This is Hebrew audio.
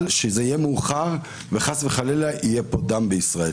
שזה יהיה מאוחר וחלילה יהיה פה דם בישראל.